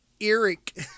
Eric